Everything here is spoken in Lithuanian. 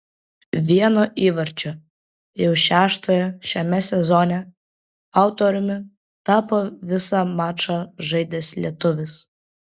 vieno įvarčio jau šeštojo šiame sezone autoriumi tapo visą mačą žaidęs lietuvis